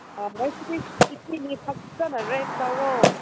ꯉꯁꯤꯗꯤ ꯁꯨꯇꯤꯅꯤ ꯊꯕꯛ ꯂꯩꯇꯦ ꯔꯦꯁ ꯇꯧꯔꯣ